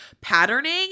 patterning